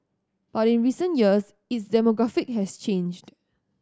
but in recent years its demographic has changed